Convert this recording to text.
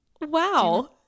Wow